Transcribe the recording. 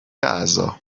اعضا